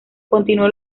continuó